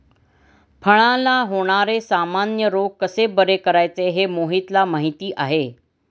फळांला होणारे सामान्य रोग कसे बरे करायचे हे मोहितला माहीती आहे